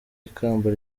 ikamba